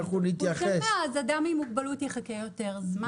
אז אדם עם מוגבלות יחכה יותר זמן.